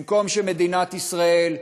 במקום שמדינת ישראל,